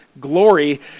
Glory